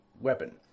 weapon